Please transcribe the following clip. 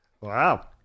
Wow